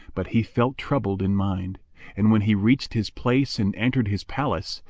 but he felt troubled in mind and when he reached his place and entered his palace,